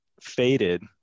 faded